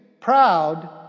Proud